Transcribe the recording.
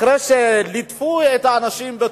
אחרי שליטפו את האנשים בתוכנית,